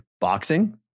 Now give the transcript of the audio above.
boxing